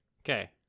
Okay